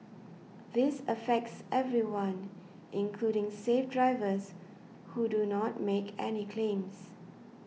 this affects everyone including safe drivers who do not make any claims